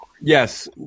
Yes